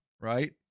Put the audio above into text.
right